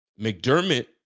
McDermott